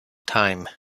time